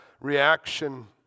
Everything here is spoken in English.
reaction